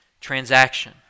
transaction